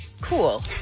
cool